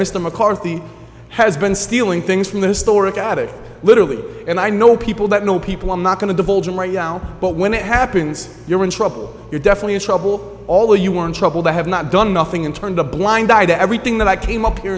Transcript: mr mccarthy has been stealing things from the historic at it literally and i know people that know people i'm not going to divulge right now but when it happens you're in trouble you definitely trouble all you want trouble they have not done nothing and turned a blind eye to everything that i came up here